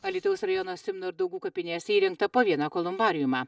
alytaus rajono simono ir daugų kapinėse įrengta po vieną kolumbariumą